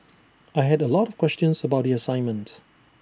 I had A lot of questions about the assignment